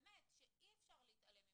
באמת, שאי אפשר להתעלם ממנו.